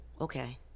okay